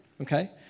Okay